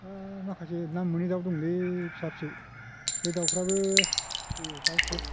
दा माखासे नाम मोनै दाउ दंलै बे फिसा फिसौ बे दाउफ्राबो जेरै दाउथेब